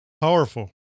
Powerful